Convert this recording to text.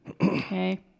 Okay